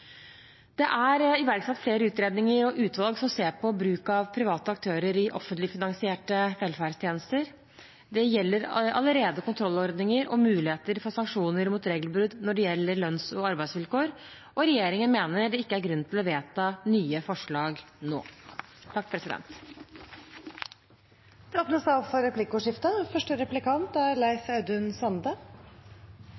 Det er iverksatt flere utredninger og utvalg som ser på bruk av private aktører i offentlig finansierte velferdstjenester. Det gjelder allerede kontrollordninger og muligheter for sanksjoner mot regelbrudd når det gjelder lønns- og arbeidsvilkår. Regjeringen mener det ikke er grunn til å vedta nye forslag nå. Det blir replikkordskifte. I dette forslaget er det veldig mange ting som vert tekne opp,